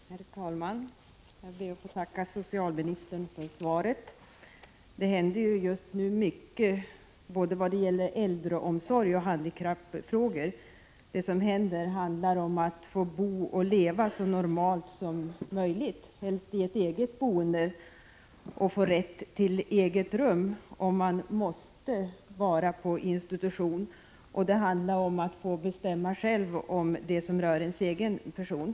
Herr talman! Jag ber att få tacka socialministern för svaret. Det händer just nu mycket vad gäller både äldreomsorg och handikappfrågor. Det handlar om att få bo och leva så normalt som möjligt, få rätt till eget boende och rätt till eget rum om man måste vara på institution. Det handlar om att få bestämma själv om det som rör ens egen person.